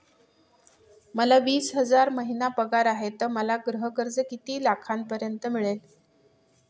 मला वीस हजार महिना पगार आहे तर मला गृह कर्ज किती लाखांपर्यंत मिळेल?